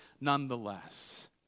nonetheless